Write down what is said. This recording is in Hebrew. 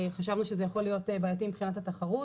חשבנו שזה יכול להיות בעייתי מבחינת התחרות.